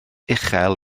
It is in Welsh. uchel